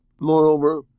moreover